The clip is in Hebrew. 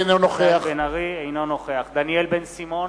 אינו נוכח דניאל בן-סימון,